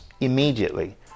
immediately